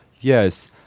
Yes